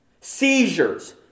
Seizures